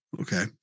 Okay